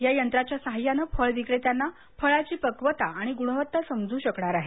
या यंत्राच्या साहाय्याने फळ विक्रेत्यांना फळाची पक्वता आणि गुणवत्ता समजू शकणार आहे